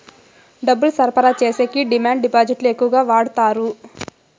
డబ్బులు సరఫరా చేసేకి డిమాండ్ డిపాజిట్లు ఎక్కువ వాడుతారు